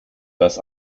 das